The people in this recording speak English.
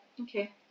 okay